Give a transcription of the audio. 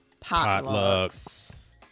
potlucks